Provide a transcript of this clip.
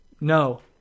No